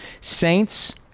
Saints